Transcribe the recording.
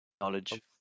knowledge